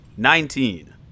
Nineteen